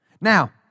Now